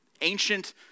ancient